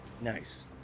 Nice